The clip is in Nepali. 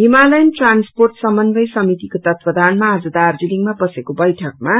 हिमालयन ट्रान्सर्पोट समन्वय समितिको तत्वाधानमा आज दार्जीलिङमा बसेको बैठकमा